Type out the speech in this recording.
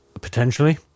Potentially